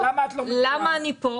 למה אני כאן?